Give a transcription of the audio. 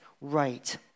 right